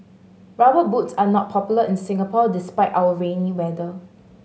Rubber Boots are not popular in Singapore despite our rainy weather